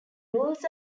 rules